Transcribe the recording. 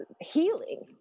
healing